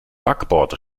backbord